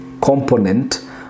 component